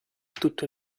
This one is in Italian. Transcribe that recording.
tutto